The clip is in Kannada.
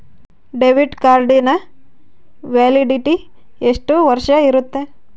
ಡೆಬಿಟ್ ಕಾರ್ಡಿನ ವ್ಯಾಲಿಡಿಟಿ ಎಷ್ಟು ವರ್ಷ ಇರುತ್ತೆ?